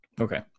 Okay